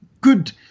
good